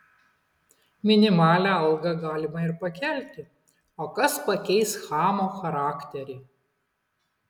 minimalią algą galima ir pakelti o kas pakeis chamo charakterį